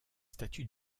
statues